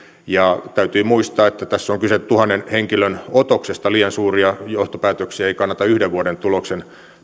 täytyy muistaa että tässä on kyse tuhannen henkilön otoksesta liian suuria johtopäätöksiä ei kannata yhden vuoden tuloksen